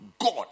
God